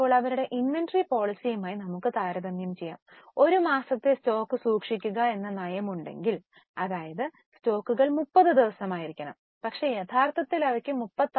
ഇപ്പോൾ അവരുടെ ഇൻവെന്ററി പോളിസിയുമായി നമുക്ക് ഇത് താരതമ്യം ചെയ്യാം ഒരു മാസത്തെ സ്റ്റോക്ക് സൂക്ഷിക്കുക എന്ന നയമുണ്ടെങ്കിൽ അതായത് സ്റ്റോക്കുകൾ 30 ദിവസമായിരിക്കണം പക്ഷേ യഥാർത്ഥത്തിൽ അവയ്ക്ക് 36